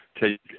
take